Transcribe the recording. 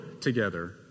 together